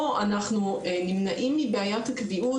פה אנחנו נמצעים מבעיית הקביעות.